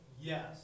Yes